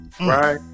Right